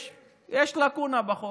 יש לקונה בחוק,